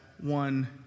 one